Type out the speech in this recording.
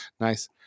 Nice